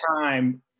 time